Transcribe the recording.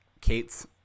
Kate's